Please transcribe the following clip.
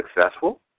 successful